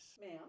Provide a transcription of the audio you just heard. Ma'am